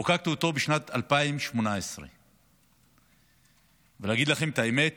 חוקקתי אותו בשנת 2018. להגיד לכם את האמת?